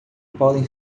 podem